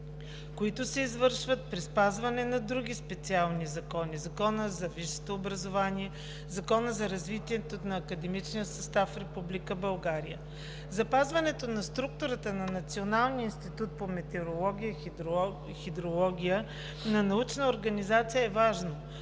които се извършват при спазване на други специални закони – Закона за висшето образование, Закона за развитието на академичния състав в Република България. Запазването на структурата на Националния институт по метеорология и хидрология на научна организация е важно,